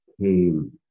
came